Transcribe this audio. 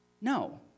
No